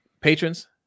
patrons